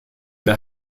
der